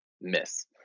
miss